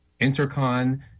Intercon